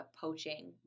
poaching